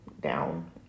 down